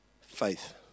faith